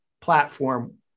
platform